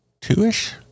two-ish